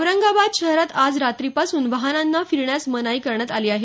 औरंगाबाद शहरात आज रात्रीपासून वाहनांना फिरण्यास मनाई करण्यात आली आहे